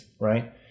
right